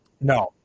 No